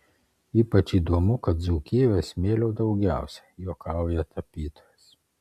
ypač įdomu kad dzūkijoje smėlio daugiausiai juokauja tapytojas